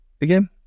Again